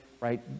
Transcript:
right